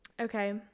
okay